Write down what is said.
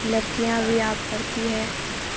لڑکیاں بھی آپ پڑتی ہے